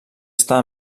està